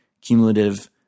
cumulative